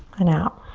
and out.